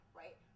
right